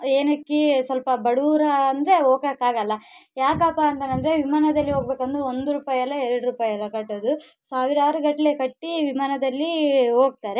ಏನಕ್ಕೆ ಸ್ವಲ್ಪ ಬಡವ್ರು ಅಂದರೆ ಹೋಗೋಕ್ಕೆ ಆಗೋಲ್ಲ ಯಾಕಪ್ಪ ಅಂದರೆ ಅಂದರೆ ವಿಮಾನದಲ್ಲಿ ಹೋಗ್ಬೇಕೆಂದ್ರೆ ಒಂದು ರೂಪಾಯಿ ಅಲ್ಲ ಎರಡು ರೂಪಾಯಿ ಅಲ್ಲ ಕಟ್ಟೊದು ಸಾವಿರಾರು ಗಟ್ಲೆ ಕಟ್ಟಿ ವಿಮಾನದಲ್ಲಿ ಹೋಗ್ತಾರೆ